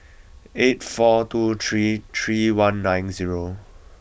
eight four two three three one nine zero